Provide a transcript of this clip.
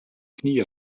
knie